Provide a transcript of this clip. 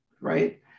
right